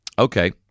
Okay